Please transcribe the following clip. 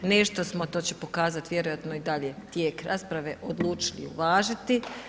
Nešto smo, to će pokazati vjerojatno i dalje tijek rasprave, odlučili uvažiti.